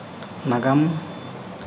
ᱱᱟᱜᱟᱢ